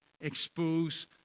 expose